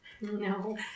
No